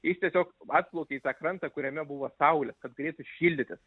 jis tiesiog atplaukė į tą krantą kuriame buvo saulės kad galėtų šildytis